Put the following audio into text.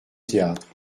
théâtre